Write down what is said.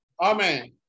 Amen